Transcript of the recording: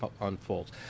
unfolds